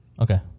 Okay